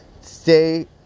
Stay